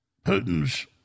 Putin's